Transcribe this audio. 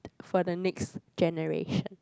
for the next generation